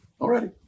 already